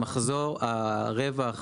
המחזור, הרווח